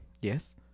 Yes